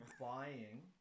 buying